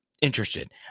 interested